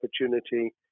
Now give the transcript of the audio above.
opportunity